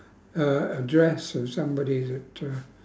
uh address or somebody to to